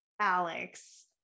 alex